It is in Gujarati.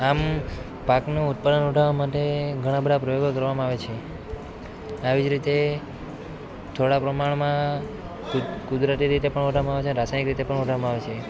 આમ પાકનું ઉત્પાદન વધારવા માટે ઘણાં બધાં પ્રયોગો કરવામાં આવે છે આવી જ રીતે થોડાં પ્રમાણમાં કુદ કુદરતી રીતે પણ વધારવામાં આવે છે અને રાસાયણિક રીતે પણ વધારવામાં આવે છે